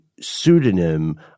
pseudonym